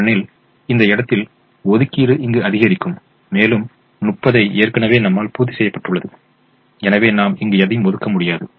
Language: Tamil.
ஏனெனில் இந்த இடத்தில் ஒதுக்கீடு இங்கு அதிகரிக்கும் மேலும் 30 தை ஏற்கனவே நம்மால் பூர்த்தி செய்யப்பட்டுள்ளது எனவே நாம் இங்கு எதையும் ஒதுக்கம் முடியாது